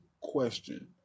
question